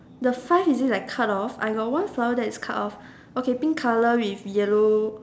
the five is it like cut off I got one flower that is cut off okay pink colour with yellow